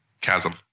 Chasm